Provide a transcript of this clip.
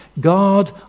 God